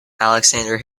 alexander